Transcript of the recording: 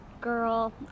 girl